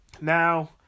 Now